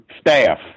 staff